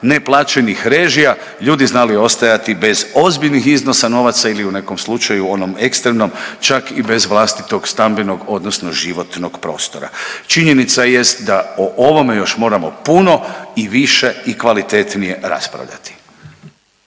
neplaćenih režija ljudi znali ostajati bez ozbiljnih iznosa novaca ili u nekom slučaju onom ekstremnom čak i bez vlastitog stambenog odnosno životnog prostora. Činjenica jest da o ovome još moramo puno i više i kvalitetnije raspravljati.